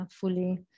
fully